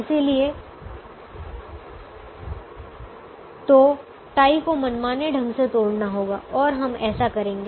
इसलिए तो टाई को मनमाने ढंग से तोड़ना होगा और हम ऐसा करेंगे